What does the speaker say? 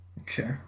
Okay